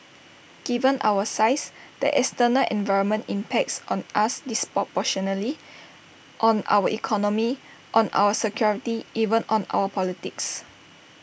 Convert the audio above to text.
given our size the external environment impacts on us disproportionately on our economy on our security even on our politics